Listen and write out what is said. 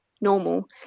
normal